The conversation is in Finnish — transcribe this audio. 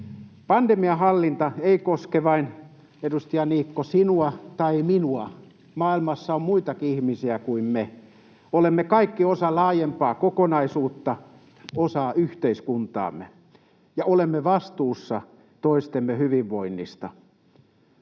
Pandemian hallinta ei koske vain, edustaja Niikko, sinua tai minua — maailmassa on muitakin ihmisiä kuin me. Olemme kaikki osa laajempaa kokonaisuutta, osa yhteiskuntaamme, ja olemme vastuussa toistemme hyvinvoinnista.